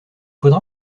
faudra